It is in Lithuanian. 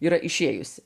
yra išėjusi